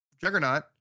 Juggernaut